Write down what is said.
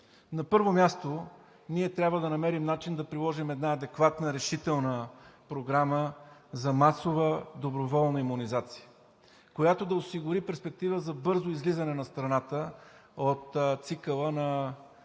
На първо място, ние трябва да намерим начин да приложим една адекватна, решителна програма за масова доброволна имунизация, която да осигури перспектива за бързото излизане на страната от цикъла на